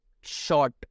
short